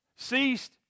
Ceased